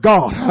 God